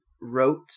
wrote